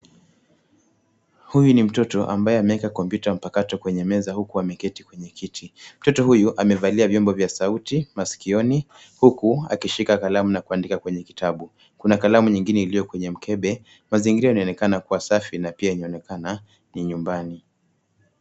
Huyu ni mtoto ambaye ameeka kompyuta mpakato kwenye meza, huku ameketi kwenye kiti. Mtoto huyu amevalia vyombo vya sauti masikioni, huku akishika kalamu na kuandika kwenye kitabu. Kuna kalamu nyingine iliyo kwenye mkebe. Mazingira yanaonekana kua safi na pia inaonekana kua ni nyumbani.